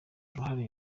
uruhare